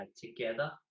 together